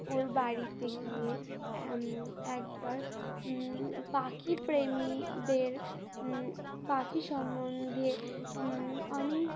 ওর বাড়িতে গিয়ে একবার পাখি প্রেমীদের পাখি সম্বন্ধে অনেক